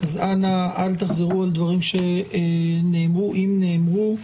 אז אנא אל תחזרו על דברים שנאמרו אם נאמרו.